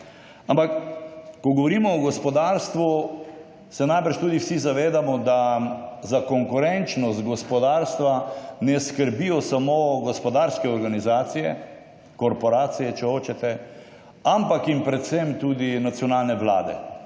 Ampak, ko govorimo o gospodarstvu se najbrž tudi vsi zavedamo, da za konkurenčnost gospodarstva ne skrbijo samo gospodarske organizacije, korporacije, če hočete, ampak jim predvsem tudi nacionalne Vlade